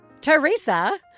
Teresa